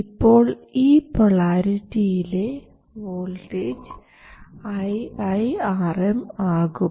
ഇപ്പോൾ ഈ പൊളാരിറ്റിയിലെ വോൾട്ടേജ് iiRm ആകും